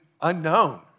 unknown